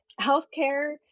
Healthcare